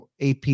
AP